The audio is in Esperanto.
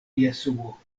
jesuo